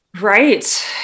Right